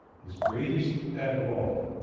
his greatest pet of all,